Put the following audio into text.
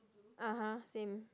uh !huh! same